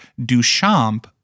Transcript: Duchamp